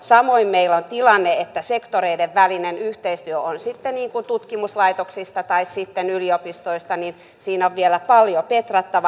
samoin meillä on tilanne että sektoreiden välisessä yhteistyössä on sitten kyse tutkimuslaitoksista tai sitten yliopistoista on vielä paljon petrattavaa